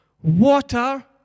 water